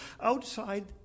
outside